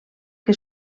que